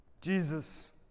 Jesus